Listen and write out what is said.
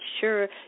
sure